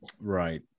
right